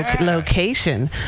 location